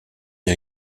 des